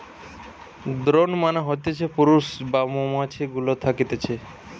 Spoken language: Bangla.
দ্রোন মানে হতিছে পুরুষ যে মৌমাছি গুলা থকতিছে